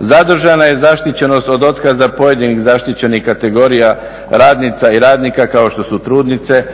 Zadržana je zaštićenost od otkaza pojedinih zaštićenih kategorija radnica i radnika kao što su trudnice,